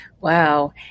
wow